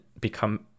become